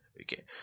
okay